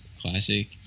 classic